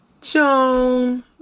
joan